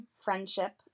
friendship